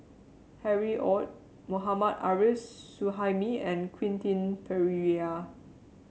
Harry Ord Mohammad Arif Suhaimi and Quentin Pereira